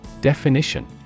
Definition